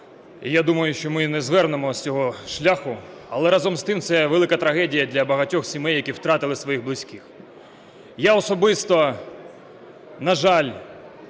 Я думаю, що ми не звернемо з цього шляху. Але разом з тим це велика трагедія для багатьох сімей, які втратили своїх близьких. Я особисто, на жаль,